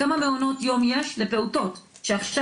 כמה מעונות יום יש לפעוטות - שעכשיו